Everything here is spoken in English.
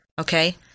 okay